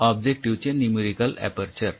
ऑब्जेक्टिव्हचे numerical aperture